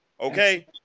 okay